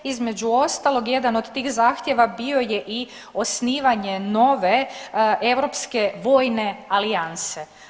Između ostalog jedan od tih zahtjeva bio je i osnivanje nove europske vojne alijanse.